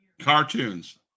Cartoons